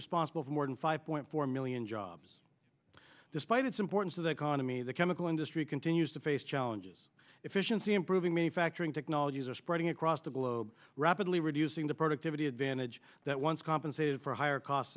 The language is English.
responsible for more than five point four million jobs despite its importance of the economy the chemical industry continues to face challenges efficiency improving me factoring technologies are spreading across the globe rapidly reducing the productivity advantage that once compensated for higher costs